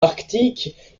arctique